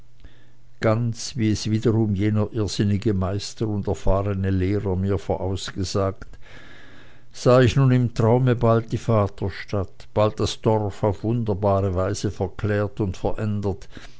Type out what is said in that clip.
ganz wie es wiederum jener irrsinnige meister und erfahrene lehrer mir vorausgesagt sah ich nun im traume bald die vaterstadt bald das dorf auf wunderbare weise verklärt und verändert